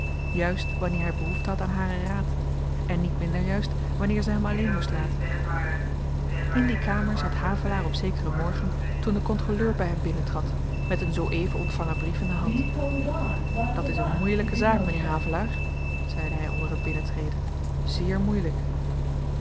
juist wanneer hy behoefte had aan haren raad en niet minder juist wanneer ze hem alleen moest laten in die kamer zat havelaar op zekeren morgen toen de kontroleur by hem binnentrad met een zoo-even ontvangen brief in de hand dat is een moeielyke zaak m'nheer havelaar zeide hy onder t binnentreden zeer moeielyk